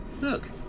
Look